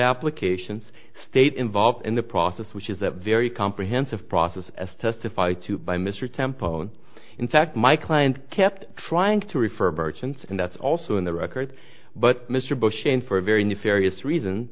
applications state involved in the process which is a very comprehensive process as testified to by mr temple own in fact my client kept trying to refer virgins and that's also in the record but mr bush in for a very nice serious reason